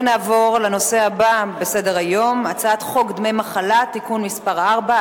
נעבור לנושא הבא בסדר-היום: הצעת חוק דמי מחלה (תיקון מס' 4),